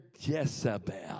Jezebel